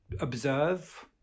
observe